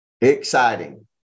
Exciting